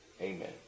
Amen